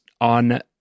on